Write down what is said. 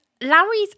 Larry's